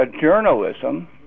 journalism